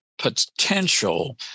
potential